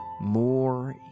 more